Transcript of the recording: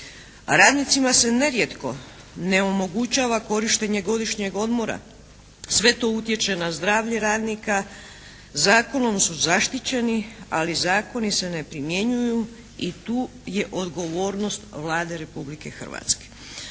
Radnicima se nerijetko ne omogućava korištenje godišnjeg odmora. Sve to utječe na zdravlje radnika. Zakonom su zaštićeni, ali zakoni se ne primjenjuju i tu je odgovornost Vlade Republike Hrvatske.